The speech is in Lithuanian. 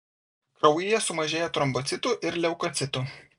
kraujyje sumažėja trombocitų ir leukocitų